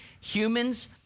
humans